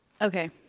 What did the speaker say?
Okay